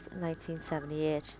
1978